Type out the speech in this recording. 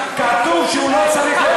כתוב שהוא לא צריך לטפל,